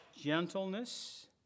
gentleness